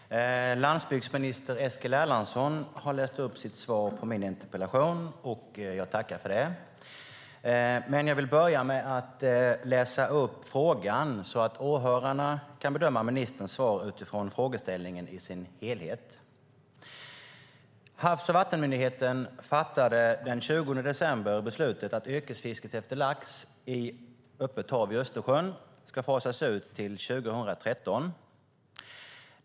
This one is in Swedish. Fru talman! Landsbygdsminister Eskil Erlandsson har läst upp sitt svar på min interpellation, och jag tackar för det. Jag vill börja med att läsa upp frågan så att åhörarna kan bedöma ministerns svar utifrån frågeställningen i sin helhet: "Havs och vattenmyndigheten fattade den 20 december beslutet att yrkesfisket efter lax i öppet hav i Östersjön ska fasas ut till 2013.